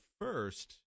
first